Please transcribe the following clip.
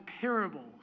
parables